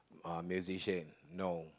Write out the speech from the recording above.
musician no